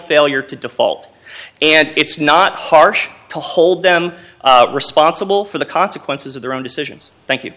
failure to default and it's not harsh to hold them responsible for the consequences of their own decisions thank you